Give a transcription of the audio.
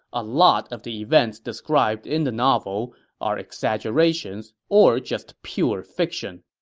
a lot of the events described in the novel are exaggerations or just pure fiction